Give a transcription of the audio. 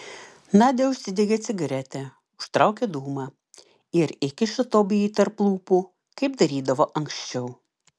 nadia užsidegė cigaretę užtraukė dūmą ir įkišo tobijui tarp lūpų kaip darydavo anksčiau